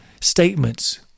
statements